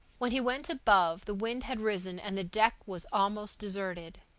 when he went above, the wind had risen and the deck was almost deserted.